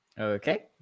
Okay